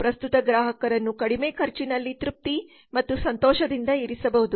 ಪ್ರಸ್ತುತ ಗ್ರಾಹಕರನ್ನು ಕಡಿಮೆ ಖರ್ಚಿನಲ್ಲಿ ತೃಪ್ತಿ ಮತ್ತು ಸಂತೋಷದಿಂದ ಇರಿಸಬಹುದು